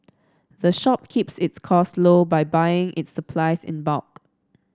the shop keeps its costs low by buying its supplies in bulk